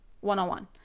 one-on-one